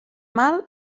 mal